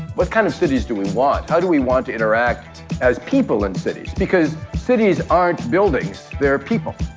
what kind of cities do we want? how do we want to interact as people in cities, because cities aren't buildings, they're people.